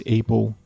able